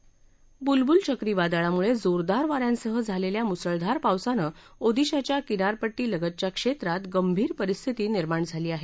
बुलबुल चक्रीवादळामुळे जोरदार वाऱ्यांसह झालेल्या मुसळधार पावसानं ओदिशाच्या किनारपट्टीलगतच्या क्षेत्रात गंभीर परिस्थिती निर्माण झाली आहे